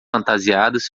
fantasiadas